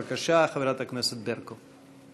בבקשה, חברת הכנסת ברקו.